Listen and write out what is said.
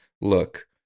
look